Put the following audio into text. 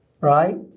right